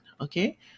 okay